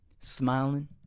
Smiling